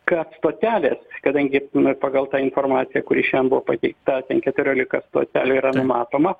kad stotelės kadangi pagal tą informaciją kuri šian buvo pateikta ten keturiolika stotelių yra numatoma